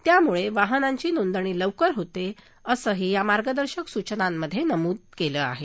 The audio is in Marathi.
त्यामुळे वाहनांची नोंदणी लवकर होते असंही या मार्गदर्शक सूचनांमधे नमूद केलं आहे